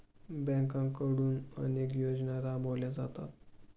बँकांकडून अनेक योजना राबवल्या जातात